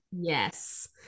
Yes